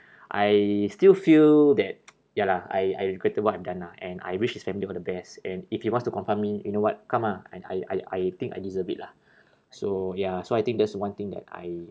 I still feel that ya lah I I regretted what I've done lah and I wish his family all the best and if he wants to confront me you know what come ah I I I I I think I deserve it lah so ya so I think that's one thing that I